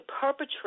perpetrate